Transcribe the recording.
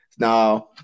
Now